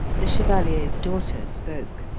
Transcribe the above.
the chevalier's daughter spoke.